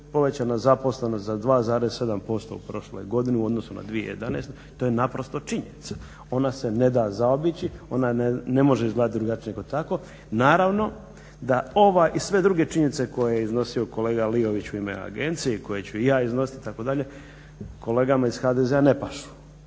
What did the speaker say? povećana zaposlenost za 2,7% prošle godine u odnosu na 2011.to je naprosto činjenica. Ona se ne da zaobići ona ne može izgledati drugačije nego tako. Naravno da ova i sve druge činjenice koje je iznosio kolega Liović u ime agencije i koje ću i ja iznositi itd. kolegama iz HDZ-a ne pašu.